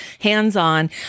hands-on